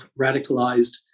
radicalized